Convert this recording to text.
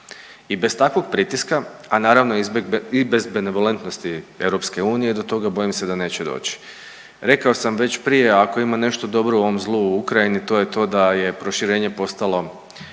i bez takvog pritiska, a naravno i bez benevolentnosti Europske unije do toga bojim se da neće doći. Rekao sam već prije ako ima nešto dobro u ovom zlu u Ukrajini to je to da je proširenje postalo